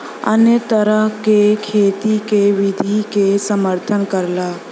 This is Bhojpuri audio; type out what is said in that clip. अन्य तरह क खेती क विधि के समर्थन करला